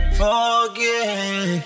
forget